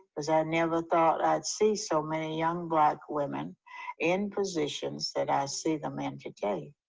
because i never thought i'd see so many young black women in positions that i see them in today.